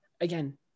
again